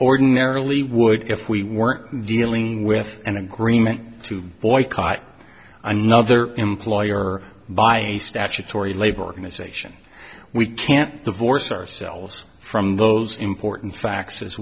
ordinarily would if we weren't dealing with an agreement to boycott another employer by a statutory labor organization we can't divorce ourselves from those important facts as